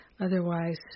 Otherwise